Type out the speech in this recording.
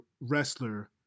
wrestler